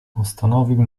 postanowił